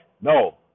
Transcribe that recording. No